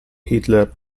hitler